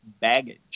baggage